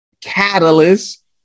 catalyst